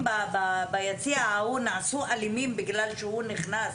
ביציע ההוא נעשו אלימים בגלל שהוא נכנס?